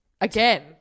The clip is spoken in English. Again